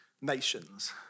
nations